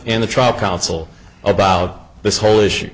in the trial counsel about this whole issue